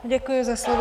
Děkuji za slovo.